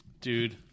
Dude